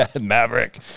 Maverick